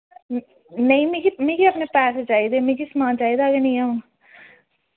नेईं मिकी मिकी अपने पैसे चाहिदे मिकी समान चाहिदा गै निं ऐ हू'न